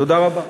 תודה רבה.